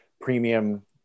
premium